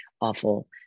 awful